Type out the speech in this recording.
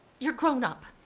you're grown up.